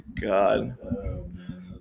God